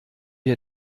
wir